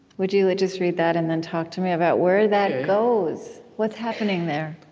would you just read that and then talk to me about where that goes? what's happening there?